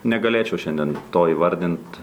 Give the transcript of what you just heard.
negalėčiau šiandien to įvardint